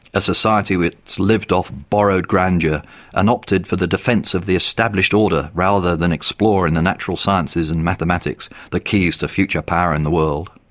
a society which lived off borrowed grandeur and opted for the defence of the established order rather than explore in the natural sciences and mathematics the keys to future power in the world.